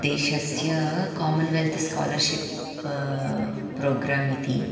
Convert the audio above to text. देशस्य commonwealth scholarship program इति